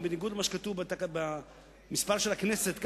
בניגוד למה שכתוב בדף סדר-היום של הכנסת,